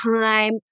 time